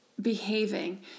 behaving